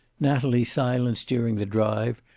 natalie's silence during the drive,